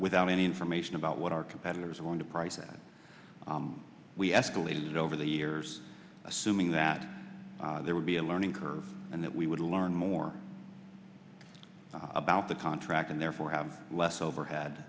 without any information about what our competitors are going to price we escalated over the years assuming that there would be a learning curve and that we would learn more about the contract and therefore have less overhead